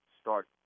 start